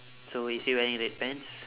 so is he wearing red pants